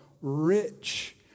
rich